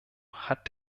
hat